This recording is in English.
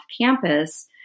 campus